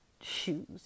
shoes